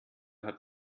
hat